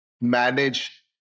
manage